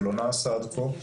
זה לא נעשה עד כה.